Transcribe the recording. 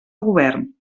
govern